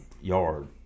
yard